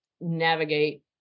navigate